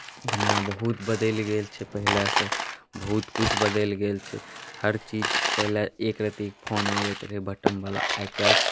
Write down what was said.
दुनिआँ बहुत बदलि गेल छै पहिलेसँ बहुत कुछ बदलि गेल छै हर चीज पहिले एक रत्तिके फोन आबैत रहै बटनवला आइ काल्हि